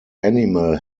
animal